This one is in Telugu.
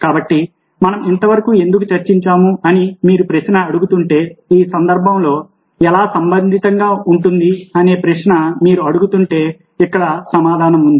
కాబట్టి మనం ఇంతవరకు ఎందుకు చర్చించాము అని మీరు ప్రశ్న అడుగుతుంటే ఈ సందర్భంలో ఎలా సంబంధితంగా ఉంటుంది అనే ప్రశ్న మీరు అడుగుతుంటే ఇక్కడ సమాధానం ఉంది